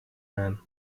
man